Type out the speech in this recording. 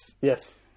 Yes